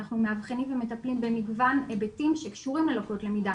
אנחנו מאבחנים ומטפלים במגוון היבטים שקשורים בלקויות למידה